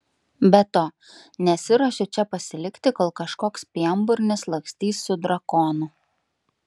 be to nesiruošiu čia pasilikti kol kažkoks pienburnis lakstys su drakonu